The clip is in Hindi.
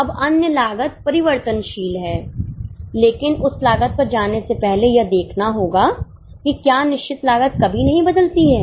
अब अन्य लागत परिवर्तनशील है लेकिन उस लागत पर जाने से पहले यह देखना होगा कि क्या निश्चित लागत कभी नहीं बदलती है